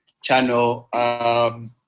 channel